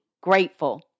grateful